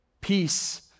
Peace